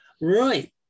Right